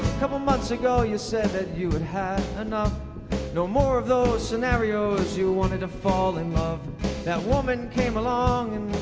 couple months ago you said that you and had had enough no more of those scenarios you wanted to fall in love that woman came along